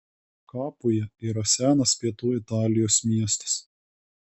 kapuja yra senas pietų italijos miestas